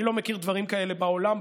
אני לא מכיר דברים כאלה בעולם.